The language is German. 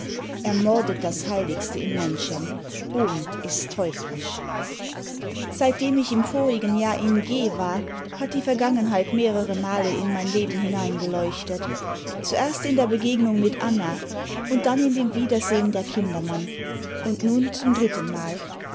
mordet das heiligste im menschen hohn ist teuflisch seitdem ich im vorigen jahr in g war hat die vergangenheit mehrere male in mein leben hinein geleuchtet zuerst in der begegnung mit anna und dann in dem wiedersehen der kindermann und nun zum drittenmal